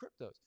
cryptos